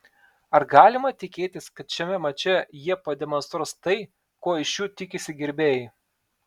ar galima tikėtis kad šiame mače jie pademonstruos tai ko iš jų tikisi gerbėjai